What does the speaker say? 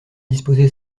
disposée